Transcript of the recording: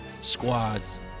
squads